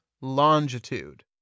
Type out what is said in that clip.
longitude